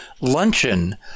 luncheon